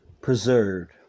preserved